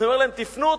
אני אומר להם: תִּפְנוּ,